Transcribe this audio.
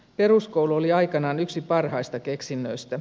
peruskoulu oli aikoinaan yksi parhaista keksinnöistä